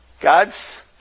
gods